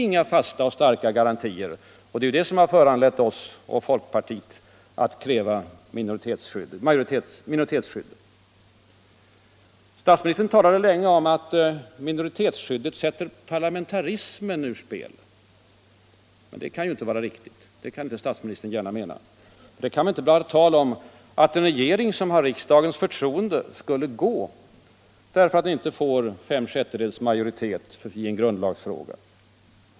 Inga fasta och starka garantier, och det har föranlett oss och folkpartiet att kräva minoritetsskydd. Statsministern talade länge om att minoritetsskyddet sätter parlamentarismen ur spel. Men det kan inte vara riktigt. Det kan inte statsministern mena. Det kan inte bli tal om att en regering som har riksdagens förtroende skulle gå därför att den inte har nått upp till fem sjättedels majoritet i en grundlagsfråga.